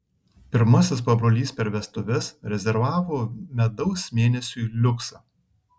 pirmasis pabrolys per vestuves rezervavo medaus mėnesiui liuksą